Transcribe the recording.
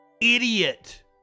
Idiot